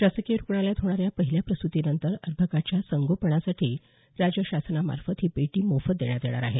शासकीय रुग्णालयात होणाऱ्या पहिल्या प्रसूतिनंतर अर्भकाच्या संगोपनासाठी राज्य शासनामार्फत ही पेटी मोफत देण्यात येणार आहे